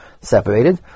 separated